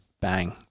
bang